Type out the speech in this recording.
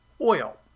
oil